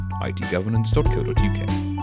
itgovernance.co.uk